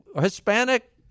Hispanic